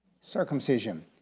Circumcision